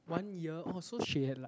one year or so she had like